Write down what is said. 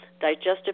digestive